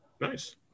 Nice